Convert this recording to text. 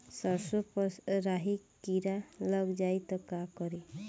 सरसो पर राही किरा लाग जाई त का करी?